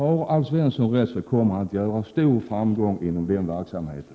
Om Alf Svensson har rätt så kommer han att få stor framgång inom den verksamheten.